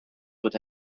would